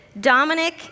Dominic